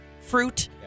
fruit